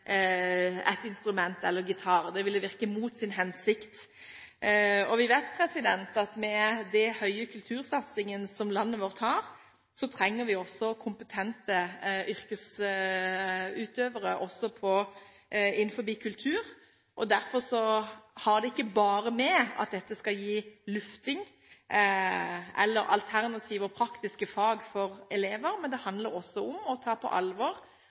et instrument, f.eks. gitar. Det ville virke mot sin hensikt. Vi vet at med den høye kultursatsingen som landet vårt har, trenger vi kompetente yrkesutøvere også innenfor kultur. Derfor har det ikke bare å gjøre med at dette skal gi lufting, eller alternative og praktiske fag for elever, men det handler om å ta på alvor